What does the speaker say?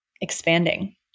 expanding